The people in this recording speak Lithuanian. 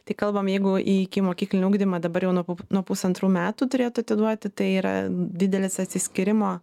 tai kalbam jeigu į ikimokyklinį ugdymą dabar jau nuo nuo pusantrų metų turėtų atiduoti tai yra didelis atsiskyrimo